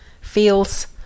feels